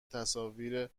تصاویر